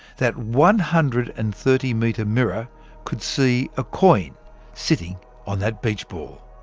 that one hundred and thirty metre mirror could see a coin sitting on that beach ball.